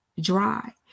dry